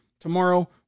tomorrow